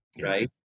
right